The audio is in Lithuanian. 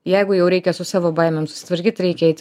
jeigu jau reikia su savo baimėm susitvarkyt reikia eit